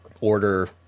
order